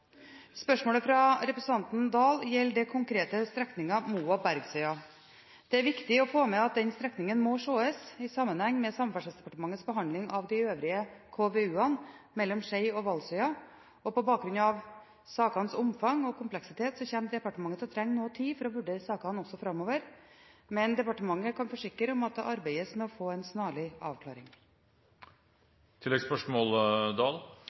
Spørsmålet fra representanten Dahl gjelder den konkrete strekningen Moa–Bergsøya. Det er viktig å få med at den strekningen må ses i sammenheng med Samferdselsdepartementets behandling av de øvrige KVU-ene mellom Skei og Valsøya. På bakgrunn av sakenes omfang og kompleksitet kommer departementet til å trenge noe tid for å vurdere sakene framover, men departementet kan forsikre om at det arbeides med å få en snarlig avklaring.